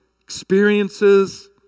experiences